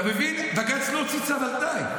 אתה מבין, בג"ץ לא הוציא צו על תנאי.